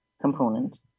component